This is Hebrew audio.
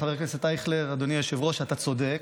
חבר הכנסת אייכלר, אדוני היושב-ראש, אתה צודק.